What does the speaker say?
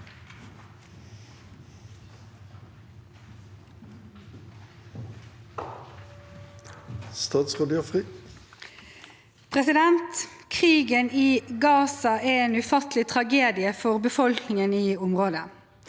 Krigen i Gaza er en ufattelig tragedie for befolkningen i området.